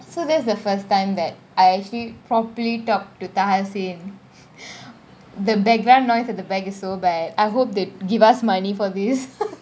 so that's the first time that I actually properly talked to tahal said the background noise at the back is so bad I hope they give us money for this